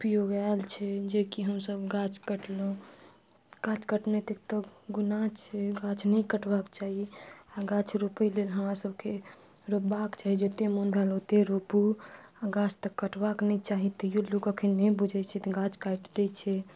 उपयोग आयल छै जेकि हमसब गाछ कटलहुॅं गाछ कटने तक तऽ गुना छै गाछ नहि कटबाक चाही आ गाछ रोपय लेल हमरा सबके रोपबाक चाही जते मोन भेल ओते रोपू आ गाछ तऽ कटबाक नहि चाही तैयो लोक अखन नहि बुझै छै तऽ गाछ काटि दै छै